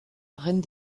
reine